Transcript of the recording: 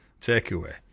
takeaway